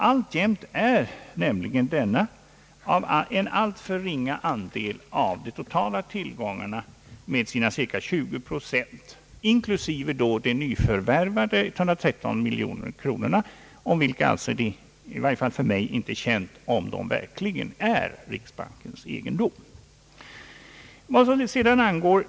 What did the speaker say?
Alltjämt är nämligen denna en alltför ringa andel av de totala tillgångarna med sina cirka 20 procent, inklusive de nyförvärvade 113 miljonerna, beträffande vilka i varje fall inte jag vet om de verkligen är riksbankens egendom.